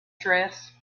dress